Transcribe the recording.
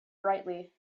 brightly